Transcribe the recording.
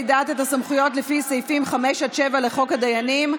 דת את הסמכויות לפי סעיפים 5 7 לחוק הדיינים,